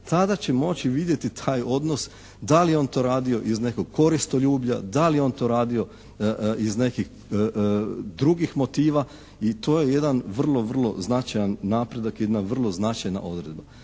tada će moći vidjeti taj odnos da li je on to radio iz nekog koristoljublja, da li je on to radio iz nekih drugih motiva i to je jedan vrlo vrlo značajan napredak, jedna vrlo značajna odredba.